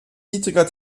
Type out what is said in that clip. niedriger